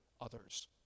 others